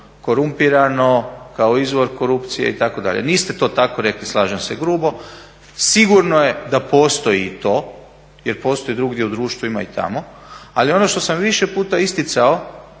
korumpirano, kao izvor korupcije itd., niste to tako rekli slažem se, grubo. Sigurno je da postoji i to jer postoji drugdje u društvu ima i tamo. Ali ono što sam više puta isticao